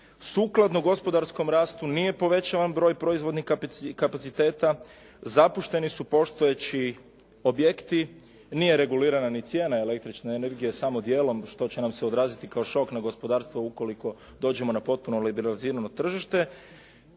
sukladno gospodarskom rastu nije povećavan broj proizvodnih kapaciteta, zapušteni su postojeći objekti, nije regulirana ni cijena električne energije, samo dijelom, što će nam se odraziti kroz šok na gospodarstvo ukoliko dođemo na potpuno liberalizirano tržište.